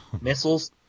Missiles